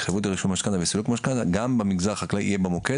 התחייבות לרישום משכנתה וסילוק משכנתה גם במגזר החקלאי יהיה במוקד.